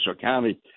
County